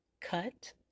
Cut